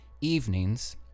evenings